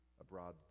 abroad